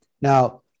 now